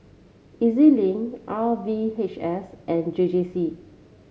E Z Link R V H S and J J C